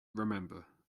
remember